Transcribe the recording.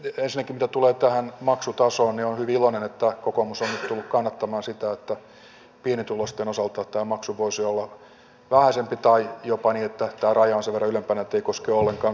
ensinnäkin mitä tulee tähän maksutasoon niin olen hyvin iloinen että kokoomus on nyt tullut kannattamaan sitä että pienituloisten osalta tämä maksu voisi olla vähäisempi tai jopa niin että tämä raja on sen verran ylempänä ettei se koske ollenkaan